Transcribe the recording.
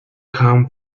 kam